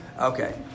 Okay